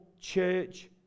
church